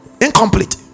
incomplete